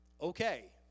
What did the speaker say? okay